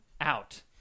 out